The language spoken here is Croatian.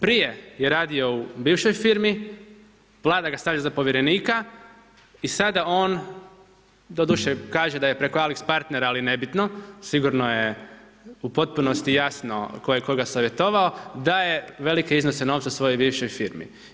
Prije je radio u bivšoj firmi, Vlada ga stavi za povjerenika i sada on doduše kaže da je preko AlixPartnersa ali nebitno, sigurno je u potpunosti jasno tko je koga savjetovao dao je velike iznose novca svojoj bivšoj firmi.